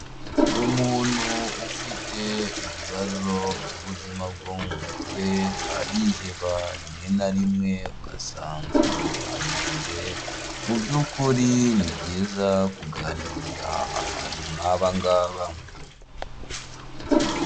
Umuntu ufite ibibazo by'ubuzima bwo mu mutwe, ariheba, rimwe na rimwe ugasanga yanarize, mu by'ukuri ni byiza kuganiriza abantu nk'abangaba.